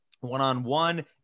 one-on-one